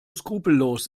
skrupellos